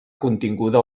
continguda